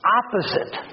opposite